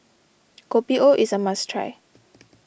Kopi O is a must try